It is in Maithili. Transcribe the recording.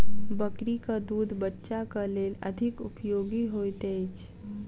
बकरीक दूध बच्चाक लेल अधिक उपयोगी होइत अछि